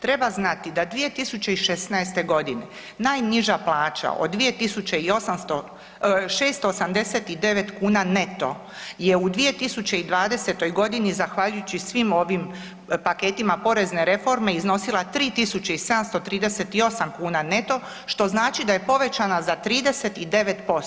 Treba znati da 2016. g. najniža plaća od 2689 kuna neto je u 2020. g. zahvaljujući svim ovim paketima porezne reforme iznosila 3738 kuna neto, što znači da je povećana za 39%